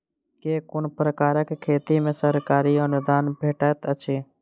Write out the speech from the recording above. केँ कुन प्रकारक खेती मे सरकारी अनुदान भेटैत अछि?